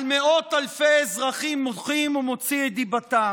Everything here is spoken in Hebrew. על מאות אלפי אזרחים מוחים ומוציא את דיבתם.